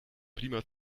prima